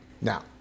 Now